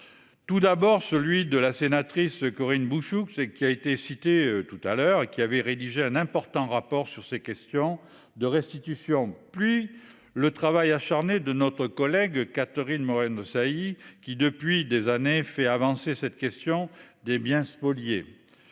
Tout d'abord celui de la sénatrice Corinne Bouchoux c'est qui a été cité tout à l'heure et qui avait rédigé un important rapport sur ces questions de restitution pluie le travail acharné de notre collègue Catherine Morin- Desailly qui depuis des années, fait avancer cette question des biens spoliés.